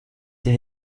der